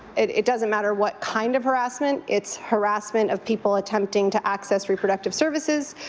it doesn't matter what kind of harassment it's harassment of people attempting to access reproductive services,